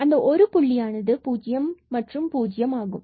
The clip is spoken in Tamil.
அந்த ஒரு புள்ளியானது மீண்டும்00 ஆகும்